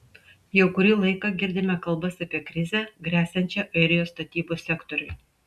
jau kurį laiką girdime kalbas apie krizę gresiančią airijos statybų sektoriui